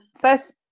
first